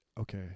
Okay